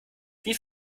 wie